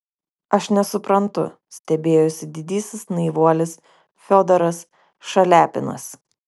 aš nesuprantu stebėjosi didysis naivuolis fiodoras šaliapinas